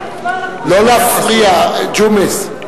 אינו משתתף בהצבעה שי חרמש,